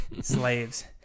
Slaves